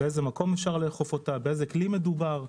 באיזה מקום אפשר לאכוף אותה, באיזה כלי מדובר.